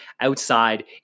outside